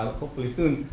hopefully soon,